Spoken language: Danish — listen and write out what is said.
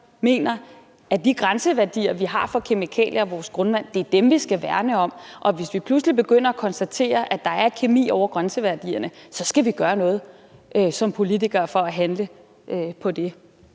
mener, at de grænseværdier, vi har, for kemikalier og vores grundvand, er dem, vi skal værne om, og at hvis vi pludselig begynder at konstatere, at der er kemikalier, hvis grænseværdier er overskredet, så skal vi som politikere gøre noget og handle på det.